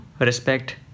respect